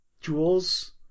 jewels